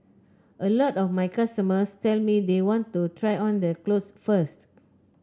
a lot of my customers tell me they want to try on the clothes first